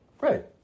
Right